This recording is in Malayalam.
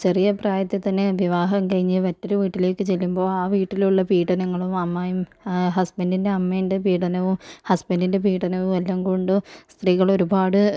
ചെറിയ പ്രായത്തിൽ തന്നെ വിവാഹം കഴിഞ്ഞ് മറ്റൊരു വീട്ടിലേക്ക് ചെല്ലുമ്പോൾ ആ വീട്ടിലുള്ള പീഡനങ്ങളും അമ്മായിയമ്മ ഹസ്ബൻഡിൻ്റെ അമ്മേൻ്റെ പീഡനവും ഹസ്ബൻഡിൻ്റെ പീഡനവും എല്ലാം കൊണ്ടും സ്ത്രീകൾ ഒരുപാട്